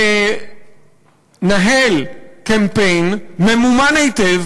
לנהל קמפיין ממומן היטב,